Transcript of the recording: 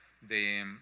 de